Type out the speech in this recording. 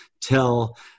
tell